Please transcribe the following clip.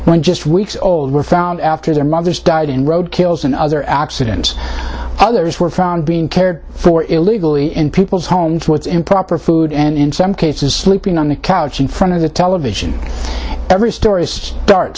when just weeks old were found after their mothers died in road kills and other accident others were found being cared for illegally in people's homes what's improper food and in some cases sleeping on the couch in front of the television every story start